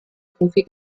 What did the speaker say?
profi